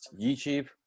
YouTube